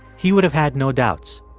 he would have had no doubts.